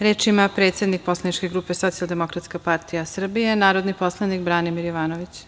Reč ima predsednik poslaničke grupe Socijaldemokratska partija Srbije, narodni poslanik Branimir Jovanović.